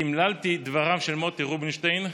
תמללתי את דבריו של מוטי רובינשטיין,